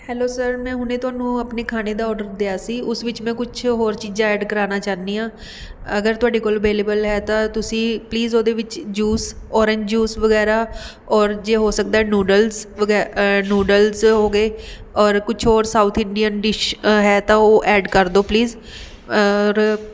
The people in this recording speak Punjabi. ਹੈਲੋ ਸਰ ਮੈਂ ਹੁਣੇ ਤੁਹਾਨੂੰ ਆਪਣੇ ਖਾਣੇ ਦਾ ਔਡਰ ਦਿਆ ਸੀ ਉਸ ਵਿੱਚ ਮੈਂ ਕੁਛ ਹੋਰ ਚੀਜ਼ਾਂ ਐਡ ਕਰਵਾਉਣਾ ਚਾਹੁੰਦੀ ਹਾਂ ਅਗਰ ਤੁਹਾਡੇ ਕੋਲ ਅਵੇਲੇਬਲ ਹੈ ਤਾਂ ਤੁਸੀਂ ਪਲੀਜ਼ ਉਹਦੇ ਵਿੱਚ ਜੂਸ ਔਰੰਜ ਜੂਸ ਵਗੈਰਾ ਔਰ ਜੇ ਹੋ ਸਕਦਾ ਨੂਡਲਸ ਵਗੈ ਨੂਡਲਸ ਹੋ ਗਏ ਔਰ ਕੁਛ ਹੋਰ ਸਾਊਥ ਇੰਡੀਅਨ ਡਿਸ਼ ਹੈ ਤਾਂ ਉਹ ਐਡ ਕਰ ਦਿਉ ਪਲੀਜ਼ ਔਰ